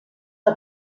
que